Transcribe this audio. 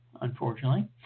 unfortunately